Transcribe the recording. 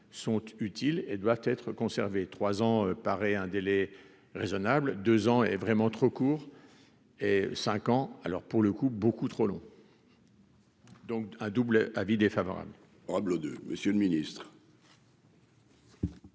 sont utiles et doit être conservé trois ans paraît un délai raisonnable 2 ans est vraiment trop court et 5 ans alors pour le coup, beaucoup trop long. Donc à double avis défavorable.